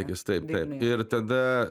jis taip taip ir tada